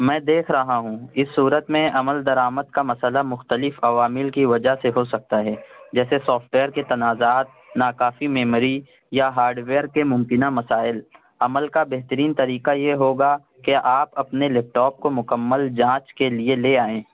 میں دیکھ رہا ہوں اس صورت میں عمل درآمد کا مسئلہ مختلف عوامل کی وجہ سے ہو سکتا ہے جیسے سافٹویئر کے تنازعات ناکافی میموری یا ہارڈویئر کے ممکنہ مسائل عمل کا بہترین طریقہ یہ ہوگا کہ آپ اپنے لیپٹاپ کو مکمل جانچ کے لیے لے آئیں